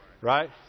right